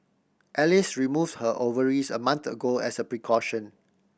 Alice removed her ovaries a month ago as a precaution